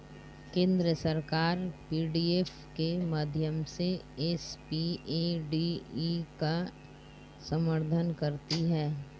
केंद्र सरकार पी.डी.एफ के माध्यम से एस.पी.ए.डी.ई का समर्थन करती है